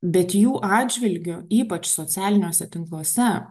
bet jų atžvilgiu ypač socialiniuose tinkluose